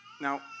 Now